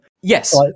Yes